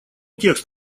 текст